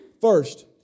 First